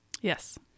Yes